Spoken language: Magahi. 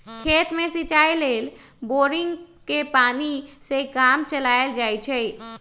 खेत में सिचाई लेल बोड़िंगके पानी से काम चलायल जाइ छइ